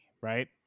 right